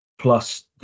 plus